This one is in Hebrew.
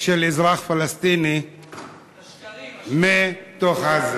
של אזרח פלסטיני מתוך עזה.